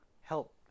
help